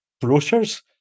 brochures